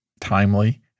timely